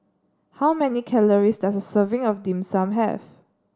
how many calories does a serving of Dim Sum have